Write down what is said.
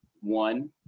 one